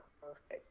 perfect